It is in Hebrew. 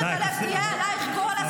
בבקשה, תפרשני, אמרתי לך לא?